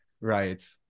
right